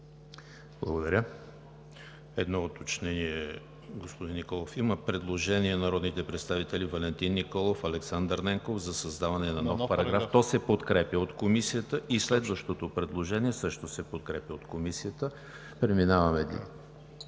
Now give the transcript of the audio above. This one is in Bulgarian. Благодаря. Едно уточнение, господин Николов. Има предложение на народните представители Валентин Николов и Александър Ненков за създаване на нов параграф. То се подкрепя от Комисията. Следващото предложение също се подкрепя от Комисията. Преминаваме